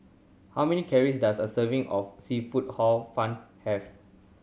how many calories does a serving of seafood Hor Fun have